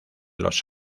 los